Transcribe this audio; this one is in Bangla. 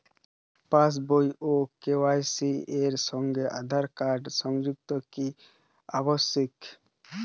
পাশ বই ও কে.ওয়াই.সি একই সঙ্গে আঁধার কার্ড সংযুক্ত কি আবশিক?